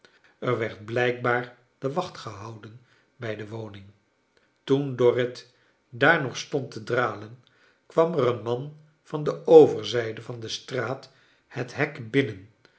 er werd blrjkbaar de wacht gehouden bij de woning toen dorrit daar nog stand te dralen kwam er een man van de overzijde van de straat het hek hinnen